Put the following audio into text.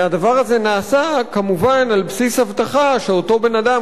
והדבר הזה נעשה כמובן על בסיס הבטחה שאותו בן-אדם,